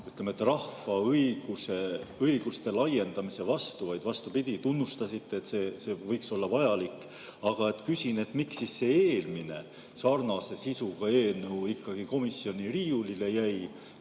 et ei olda rahva õiguste laiendamise vastu, vaid vastupidi, tunnustasite, et see võiks olla vajalik. Aga küsin, miks siis eelmine sarnase sisuga eelnõu komisjoni riiulile jäi.